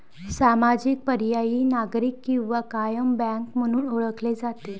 सामाजिक, पर्यायी, नागरी किंवा कायम बँक म्हणून ओळखले जाते